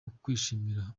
ukwishimira